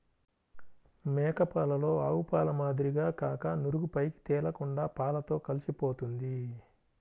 మేక పాలలో ఆవుపాల మాదిరిగా కాక నురుగు పైకి తేలకుండా పాలతో కలిసిపోతుంది